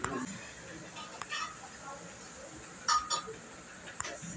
इ कान के दरद में बहुते काम करत हवे